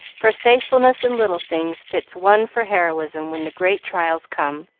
for faithfulness in little things fits one for heroism when the great trials come.